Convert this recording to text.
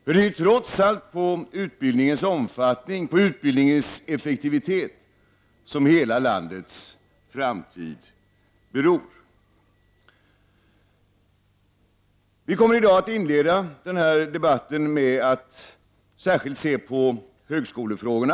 Det är ju trots allt på utbildningens omfattning och effektivitet som hela landets framtid beror. Vi kommer i dag att inleda den här debatten med att särskilt se på högskolefrågorna.